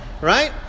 right